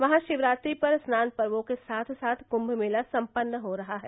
महाशिवरात्रि पर स्नान पर्वो के साथ साथ कुम्म मेला सम्पन्न हो रहा है